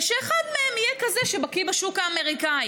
ושאחד מהם יהיה כזה שבקי בשוק האמריקני.